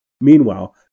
meanwhile